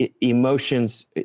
emotions